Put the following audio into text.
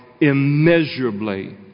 immeasurably